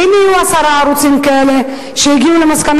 ואם יהיו עשרה ערוצים כאלה שהגיעו למסקנה